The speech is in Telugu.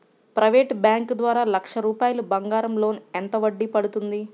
ప్రైవేట్ బ్యాంకు ద్వారా లక్ష రూపాయలు బంగారం లోన్ ఎంత వడ్డీ పడుతుంది?